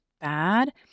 bad